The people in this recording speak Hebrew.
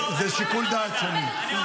זה שיקול דעת שלי.